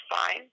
fine